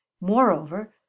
moreover